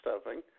stuffing